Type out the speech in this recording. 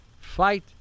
fight